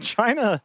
China